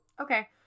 Okay